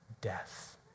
death